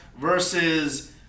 versus